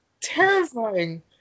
terrifying